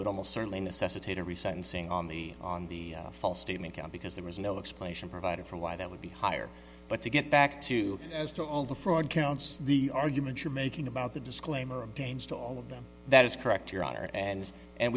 would almost certainly necessitate a reset and seeing on the on the false statement because there was no explanation provided for why that would be higher but to get back to as to all the fraud counts the argument you're making about the disclaimer of danes to all of them that is correct your honor and and